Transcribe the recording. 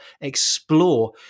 explore